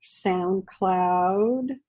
SoundCloud